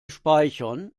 speichern